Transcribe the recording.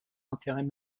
intérêts